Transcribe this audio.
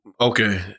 Okay